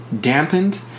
dampened